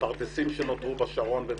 לפרדסים שנותרו בשרון.